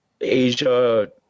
Asia